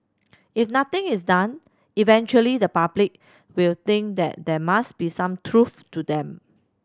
if nothing is done eventually the public will think that there must be some truth to them